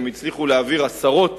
והם הצליחו להעביר עשרות